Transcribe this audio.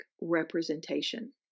representation